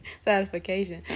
Satisfaction